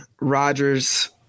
Rodgers